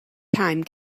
time